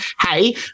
Hey